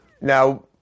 Now